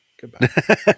Goodbye